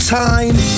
time